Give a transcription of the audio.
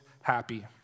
happy